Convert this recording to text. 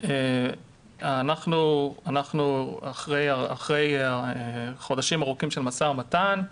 אנחנו אחרי חודשים ארוכים של משא ומתן.